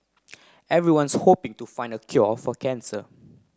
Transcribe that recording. everyone's hoping to find the cure for cancer